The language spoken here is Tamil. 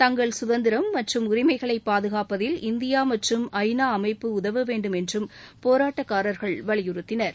தங்கள் சுதந்திரம் மற்றும் உரிமைகளை பாதுகாப்பதில் இந்தியா மற்றும் ஐநா அமைப்பு உதவ வேண்டும் என்றும் போராட்டக்காரர்கள் வலியுறுத்தினர்